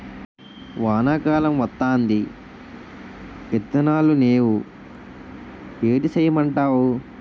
వానా కాలం వత్తాంది ఇత్తనాలు నేవు ఏటి సేయమంటావు